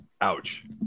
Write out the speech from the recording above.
Ouch